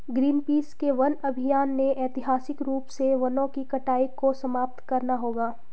Greenpeace के वन अभियान ने ऐतिहासिक रूप से वनों की कटाई को समाप्त करना होगा